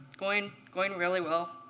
going going really well.